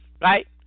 right